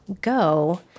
go